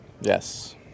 Yes